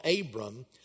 Abram